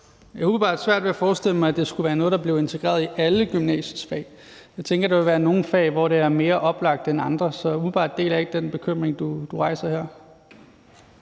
Jeg har umiddelbart svært ved at forestille mig, at det skulle være noget, der blev integreret i alle gymnasiets fag. Jeg tænker, at der vil være nogle fag, hvor det er mere oplagt end andre. Så umiddelbart deler jeg ikke den bekymring, du rejser her.